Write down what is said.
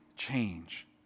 change